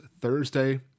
Thursday